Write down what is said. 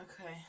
okay